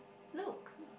look